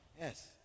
yes